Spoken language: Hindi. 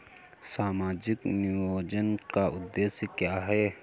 सामाजिक नियोजन का उद्देश्य क्या है?